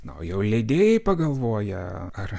na o jau leidėjai pagalvoja ar